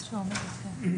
4(ב).